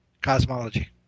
cosmology